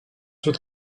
with